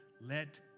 Let